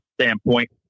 standpoint